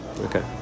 Okay